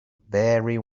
very